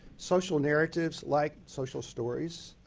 social narratives like social stories.